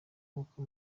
nkuko